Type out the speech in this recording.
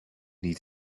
niet